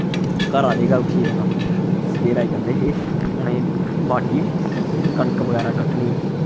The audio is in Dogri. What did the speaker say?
घरा दा गै उट्ठियै रातीं सवेरै जंदे हे उनेंही बाड्ढी कनक बगैरा कट्टनी